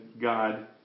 God